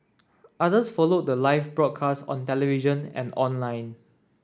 others followed the live broadcast on television and online